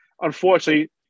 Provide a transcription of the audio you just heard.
Unfortunately